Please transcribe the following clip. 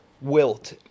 Wilt